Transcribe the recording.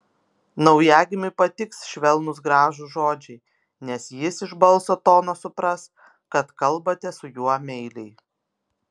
naujagimiui patiks švelnūs gražūs žodžiai nes jis iš balso tono supras kad kalbate su juo meiliai